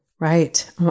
Right